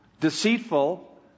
deceitful